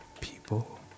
people